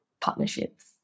partnerships